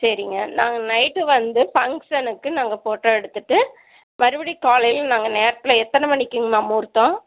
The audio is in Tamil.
சரிங்க நாங்கள் நைட்டு வந்து ஃபங்க்ஷனுக்கு நாங்கள் ஃபோட்டோ எடுத்துவிட்டு மறுபடியும் காலையில் நாங்கள் நேரத்தில் எத்தனை மணிக்குங்கம்மா முகூர்த்தம்